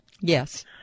Yes